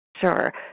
Sure